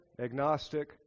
agnostic